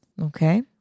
Okay